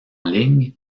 ligne